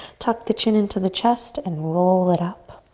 tuck the chin into the chest and roll it up.